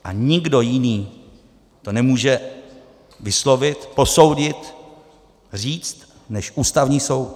A nikdo jiný to nemůže vyslovit, posoudit, říct než Ústavní soud.